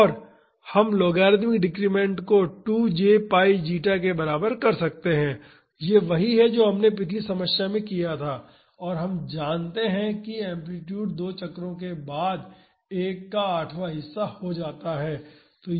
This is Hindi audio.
तो हम लॉगरिदमिक डिक्रिमेंट को 2 j π जीटा के बराबर कर सकते हैं यह वही है जो हमने पिछली समस्या में किया था और हम जानते हैं कि एम्पलीटूड 2 चक्रों के बाद एक का आठवां हिस्सा हो जाता है